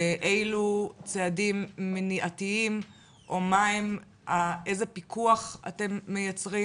אילו צעדים מניעתיים או איזה פיקוח אתם מייצרים